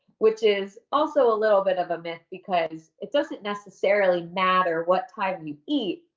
which is also a little bit of a myth, because it doesn't necessarily matter what time we eat.